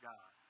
God